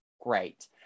great